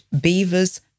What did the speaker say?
beavers